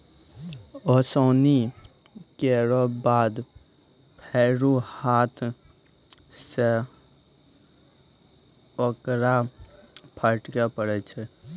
ओसौनी केरो बाद फेरु हाथ सें ओकरा फटके परै छै